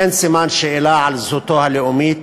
אין סימן שאלה על זהותו הלאומית.